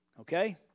Okay